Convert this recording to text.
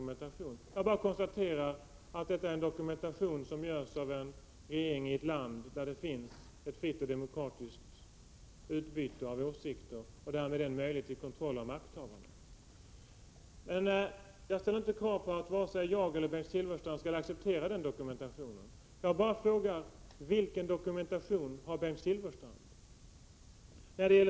Men jag konstaterar att dokumentationen kommer från en regering i ett land där det förekommer ett fritt och demokratiskt utbyte av åsikter samt därmed möjlighet till kontroll av makthavarna. Jag kräver inte att Bengt Silfverstrand skall acceptera den dokumentationen, men samtidigt vill jag veta vilken dokumentation Bengt Silfverstrand kan hänvisa till.